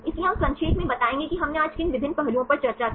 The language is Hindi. इसलिए हम संक्षेप में बताएंगे कि हमने आज किन विभिन्न पहलुओं पर चर्चा की